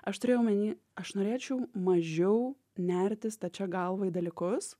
aš turėjau omeny aš norėčiau mažiau nerti stačia galva į dalykus